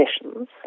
conditions